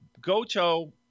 Goto